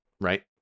right